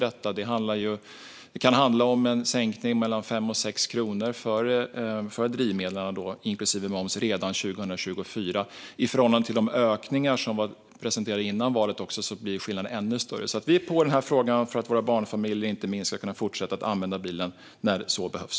Det kan handla om en sänkning på 5-6 kronor på drivmedel, inklusive moms, redan 2024. I förhållande till de ökningar som presenterades före valet blir skillnaden ännu större. Vi arbetar alltså med denna fråga för att inte minst våra barnfamiljer ska kunna fortsätta att använda bilen när så behövs.